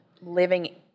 living